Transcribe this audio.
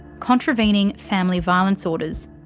contravening family violence orders,